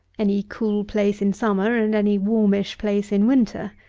any cool place in summer and any warmish place in winter.